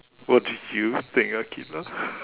what do you think Aqilah